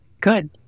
Good